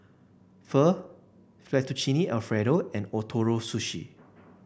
Pho Fettuccine Alfredo and Ootoro Sushi